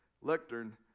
lectern